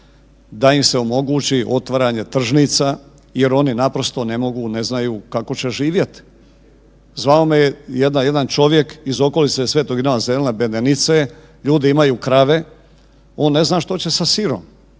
da im se omogući otvaranje tržnica jer oni naprosto ne mogu, ne znaju kako će živjeti. Zvao me je jedan čovjek iz okolice Svetog Ivana Zeline … ljudi imaju krave on ne zna što će sa sirom